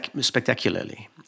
spectacularly